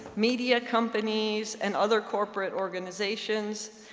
media companies, and other corporate organizations,